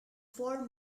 four